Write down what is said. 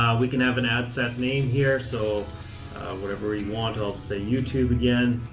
we can have an ad set name here, so whatever you want. i'll say youtube again.